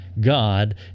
God